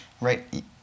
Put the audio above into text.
right